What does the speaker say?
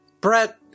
Brett